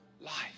life